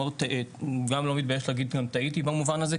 אני גם לא מתבייש להגיד טעיתי במובן הזה,